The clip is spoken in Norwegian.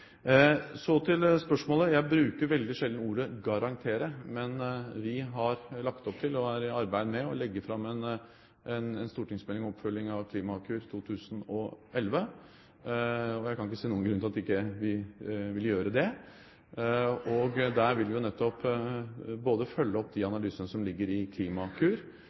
Så til spørsmålet: Jeg bruker veldig sjelden ordet «garantere», men vi har lagt opp til og er i arbeid med å legge fram en stortingsmelding om oppfølging av Klimakur i 2011. Jeg kan ikke se noen grunn til at vi ikke vil gjøre det. Der vil vi nettopp både følge opp de analysene som ligger i Klimakur,